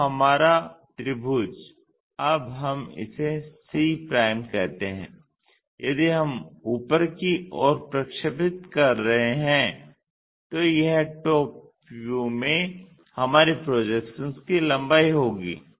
तो हमारा त्रिभुज अब हम इसे c कहते हैं यदि हम ऊपर की ओर प्रक्षेपित कर रहे हैं तो यह टॉप व्यू में हमारे प्रोजेक्शन की लंबाई होगी